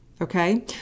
Okay